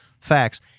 facts